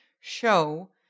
show